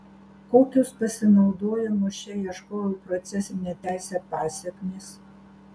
kokios pasinaudojimo šia ieškovo procesine teise pasekmės